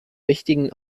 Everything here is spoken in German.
wichtigen